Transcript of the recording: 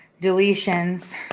deletions